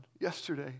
yesterday